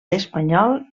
espanyol